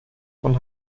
von